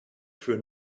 für